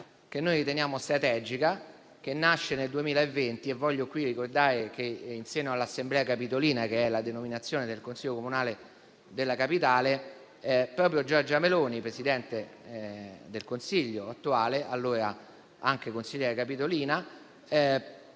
che riteniamo strategica, che nasce nel 2020. Voglio qui ricordare che, insieme all'assemblea capitolina, vale a dire il consiglio comunale della capitale, proprio Giorgia Meloni, Presidente del Consiglio attuale, allora consigliera capitolina,